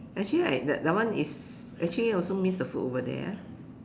actually right that that one is actually also miss the food over there ah